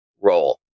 role